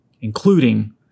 including